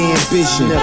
ambition